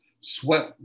sweat